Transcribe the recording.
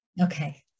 Okay